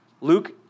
Luke